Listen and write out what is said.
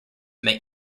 may